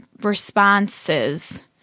Responses